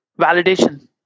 Validation